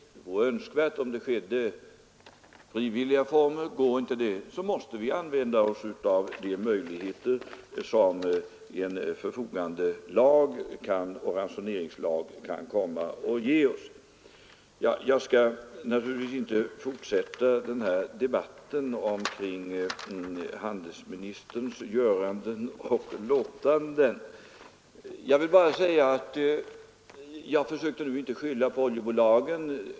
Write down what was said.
Det vore önskvärt om en begränsning kunde ske på frivillig väg, men går inte det måste vi använda oss av de möjligheter som en förfogandeoch ransoneringslag kan komma att ge oss. Jag skall naturligtvis inte fortsätta debatten omkring handelsministerns göranden och låtanden; jag vill nu bara säga att jag inte försöker skylla på oljebolagen.